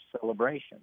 celebration